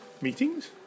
Meetings